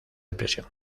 depresión